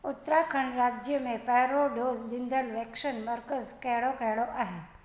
उत्तराखंड राज्य में पहिरियों डोज़ ॾींदड़ु वैक्सनेशन मर्कज़ कहिड़ो कहिड़ो आहे